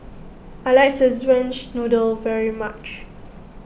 I like Szechuan's Noodle very much